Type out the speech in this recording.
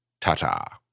Ta-ta